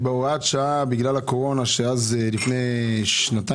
בגלל הקורונה, לפני שנה